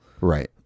Right